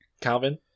Calvin